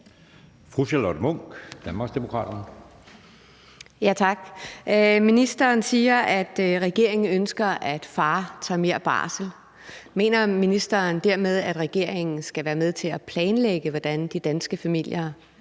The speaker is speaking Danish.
Ministeren siger, at regeringen ønsker, at far tager mere barsel. Mener ministeren dermed, at regeringen skal være med til at planlægge, hvordan de danske familier